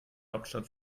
hauptstadt